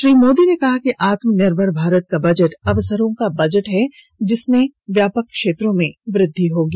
श्री मोदी ने कहा कि आत्मनिर्भर भारत का बजट अवसरों का बजट है जिससे व्यापक क्षेत्रों में वृद्धि होगी